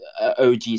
og